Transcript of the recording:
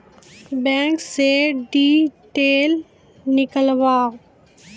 Bank से detail नीकालव?